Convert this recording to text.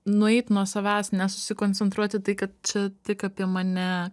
nueit nuo savęs nesusikoncentruoti į tai kad čia tik apie mane